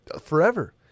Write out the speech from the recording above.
Forever